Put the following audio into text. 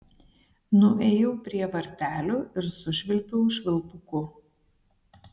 nuėjau prie vartelių ir sušvilpiau švilpuku